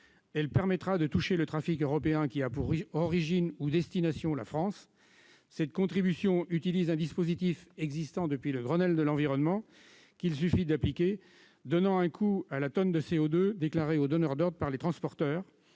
Elle permettra de toucher le trafic européen qui a pour origine ou destination la France. Cette contribution utilise un dispositif existant depuis le Grenelle de l'environnement, qu'il suffit d'appliquer. Elle donne un coût à la tonne de CO2 déclarée aux donneurs d'ordre par les transporteurs.